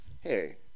Hey